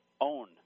own